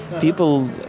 People